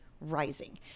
rising